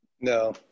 No